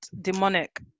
demonic